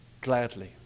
gladly